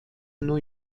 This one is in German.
new